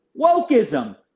wokeism